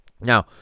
Now